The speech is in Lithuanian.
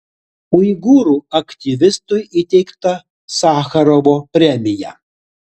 uigūrų aktyvistui įteikta sacharovo premija